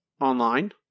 online